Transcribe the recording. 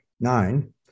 Nine